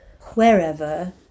wherever